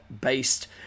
based